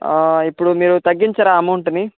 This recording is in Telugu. ఇప్పుడు మీరు తగ్గించరా అమౌంటుని